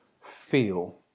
feel